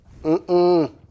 Mm-mm